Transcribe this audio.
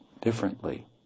differently